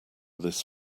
this